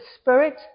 spirit